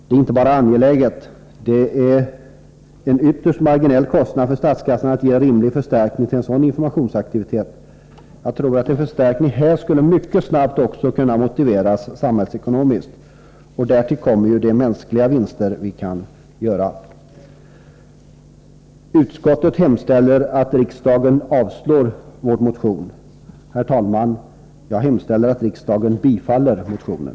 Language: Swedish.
Det är inte bara angeläget, det betyder också en ytterst marginell kostnad för statskassan att ge en rimlig förstärkning till en sådan informationsaktivitet. Jag tror att en förstärkning här mycket snabbt också skulle kunna motiveras samhällsekonomiskt. Därtill kommer ju de mänskliga vinster vi kan göra. Herr talman! Utskottet hemställer att riksdagen avslår vår motion. Jag hemställer att riksdagen bifaller motionen.